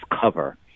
cover